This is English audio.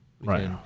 Right